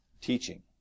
teaching